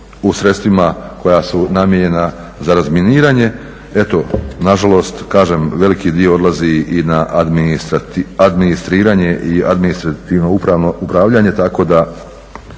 u sredstvima koja su namijenjena za razminiranje. Eto, nažalost kažem veliki dio odlazi i na administriranje i administrativno upravljanje tako da